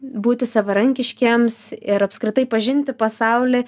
būti savarankiškiems ir apskritai pažinti pasaulį